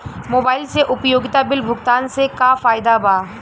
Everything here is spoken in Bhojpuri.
मोबाइल से उपयोगिता बिल भुगतान से का फायदा बा?